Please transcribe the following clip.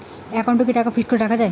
একাউন্টে কি টাকা ফিক্সড করে রাখা যায়?